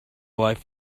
life